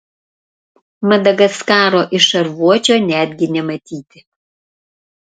madagaskaro iš šarvuočio netgi nematyti